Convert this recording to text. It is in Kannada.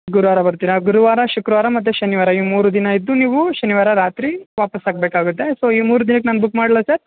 ಗುರುವಾರ ಬರ್ತೀರಾ ಗುರುವಾರ ಶುಕ್ರವಾರ ಮತ್ತೆ ಶನಿವಾರ ಈ ಮೂರು ದಿನ ಇದ್ದು ನೀವು ಶನಿವಾರ ರಾತ್ರಿ ವಾಪಾಸ್ಸು ಆಗ್ಬೇಕು ಆಗುತ್ತೆ ಸೊ ಈ ಮೂರು ದಿನಕ್ಕೆ ನಾನು ಬುಕ್ ಮಾಡ್ಲಾ ಸರ್